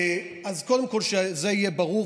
אז קודם כול שזה יהיה ברור,